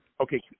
Okay